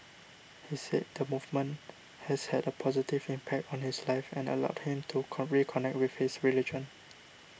he said the movement has had a positive impact on his life and allowed him to come reconnect with his religion